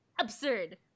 absurd